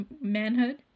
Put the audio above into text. manhood